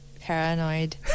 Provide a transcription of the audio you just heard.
paranoid